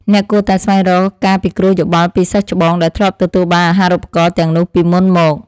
អ្នកគួរតែស្វែងរកការពិគ្រោះយោបល់ពីសិស្សច្បងដែលធ្លាប់ទទួលបានអាហារូបករណ៍ទាំងនោះពីមុនមក។